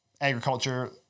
agriculture